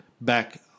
back